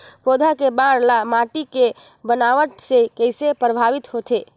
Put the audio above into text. पौधा के बाढ़ ल माटी के बनावट से किसे प्रभावित होथे?